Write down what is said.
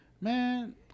man